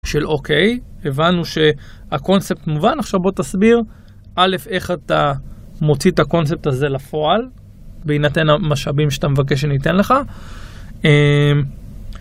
של אוקיי, הבנו שהקונספט מובן. עכשיו בוא תסביר - א. איך אתה מוציא את הקונספט הזה לפועל, בהינתן המשאבים שאתה מבקש שניתן לך